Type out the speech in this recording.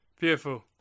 Beautiful